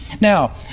Now